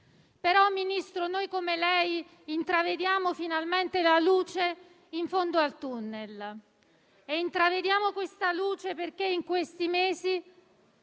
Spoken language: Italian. signor Ministro, noi, come lei, intravediamo finalmente la luce in fondo al tunnel. E intravediamo questa luce perché, in questi mesi,